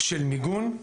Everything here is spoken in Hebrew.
של מיגון.